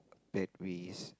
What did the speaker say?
bad ways